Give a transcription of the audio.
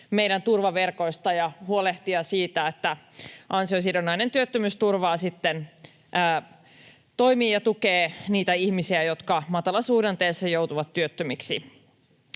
meidän turvaverkoistamme ja huolehtia siitä, että ansiosidonnainen työttömyysturva sitten toimii ja tukee niitä ihmisiä, jotka matalasuhdanteessa joutuvat työttömiksi.